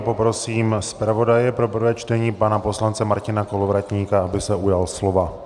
Poprosím zpravodaje pro prvé čtení pana poslance Martina Kolovratníka, aby se ujal slova.